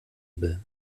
label